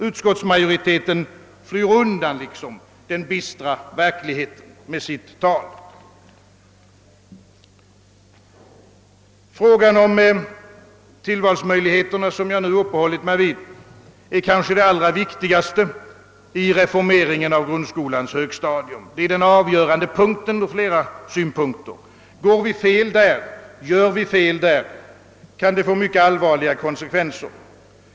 Utskottsmajoriteten flyr undan den bistra verkligheten. Frågan om tillvalsmöjligheterna, som jag nu uppehållit mig vid, är kanske det allra viktigaste i utformningen av grundskolans högstadium. Det är den avgörande punkten på flera olika sätt. Gör vi fel där, kan det få mycket allvarliga konsekvenser.